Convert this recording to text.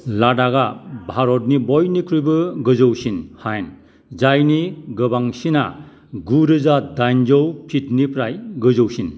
लादाकआ भारतनि बयनुख्रुइबो गोजौसिन हायेन जायनि गोबांसिना गु रोजा दाइनजौ फीटनिफ्राय गोजौसिन